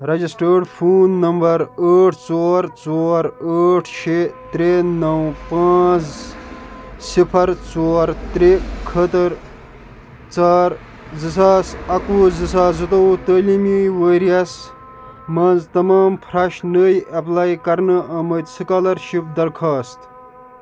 registered phone number ٲٹھ ژور ژور ٲٹھ شےٚ ترٛےٚ نَو پانٛژھ صِفَر ژور ترٛےٚ خٲطٕر ژار زٕ ساس اَکہٕ وُہ زٕ ساس زٕ توٚوُہ تٲلیٖمی ؤریَس منٛز تَمام فرٛٮ۪ش نٔے اٮ۪پلَے کَرنہٕ آمٕتۍ سٕکالَرشِپ دَرخواست